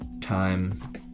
time